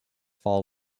fall